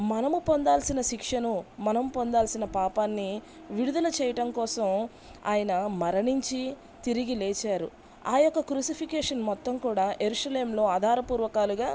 మనము పొందాల్సిన శిక్షను మనం పొందాల్సిన పాపాన్ని విడుదల చేయటం కోసం ఆయన మరణించి తిరిగి లేచారు ఆయొక్క కృసిఫిక్షన్ మొత్తం కూడా యెరూషలేంలో ఆధార పూర్వకాలుగా